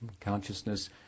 Consciousness